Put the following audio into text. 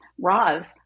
Roz